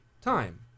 time